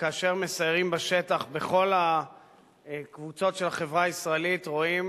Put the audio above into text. וכאשר מסיירים בשטח בכל הקבוצות של החברה הישראלית רואים